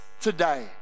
today